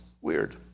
Weird